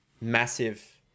massive